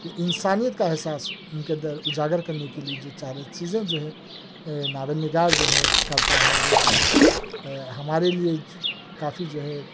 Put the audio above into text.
انسانیت کا احساس اُن کے اندر اُجاگر کرنے کے لیے جو چیزیں جو ہے ناول نگار جو ہے کرتا ہے وہ جو ہے ہمارے لیے کافی جو ہے